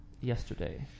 yesterday